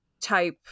type